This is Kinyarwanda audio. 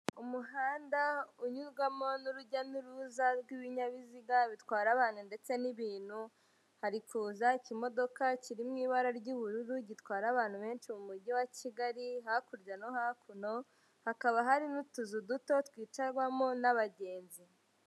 Umuhanda unyurwamo n'urujya n'uruza rw'ibinyabiziga bitwara abana ndetse n'ibintu, hari kuza ikimodoka kiri mu ibara ry'ubururu, gitwara abantu benshi mu mujyi wa Kigali hakurya no hakuno, hakaba hari n'utuzu duto twicarwamo n'abagenzi.